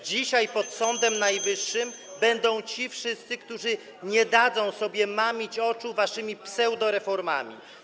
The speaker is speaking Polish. Dzisiaj pod Sądem Najwyższym będą ci wszyscy, którzy nie dadzą sobie mamić, mydlić oczu waszymi pseudoreformami.